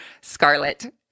Scarlet